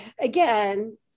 again